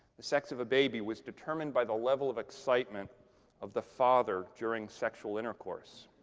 the sex of a baby, was determined by the level of excitement of the father during sexual intercourse.